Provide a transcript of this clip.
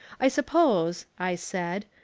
i suppose, i said,